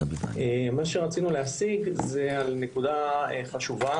מה שרצינו להשיג זה על נקודה חשובה,